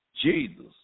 Jesus